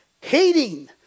hating